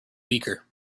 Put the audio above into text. weaker